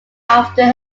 after